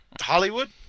Hollywood